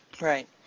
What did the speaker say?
Right